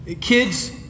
kids